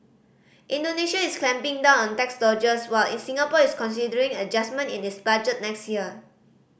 Indonesia is clamping down on tax dodgers while in Singapore is considering adjustment in its budget next year